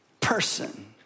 person